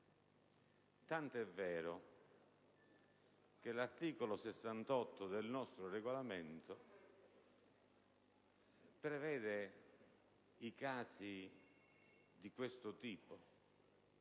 tanto è vero che l'articolo 68 del nostro Regolamento prevede casi di questo tipo: